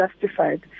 justified